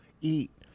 eat